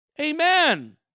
Amen